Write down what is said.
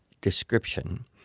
description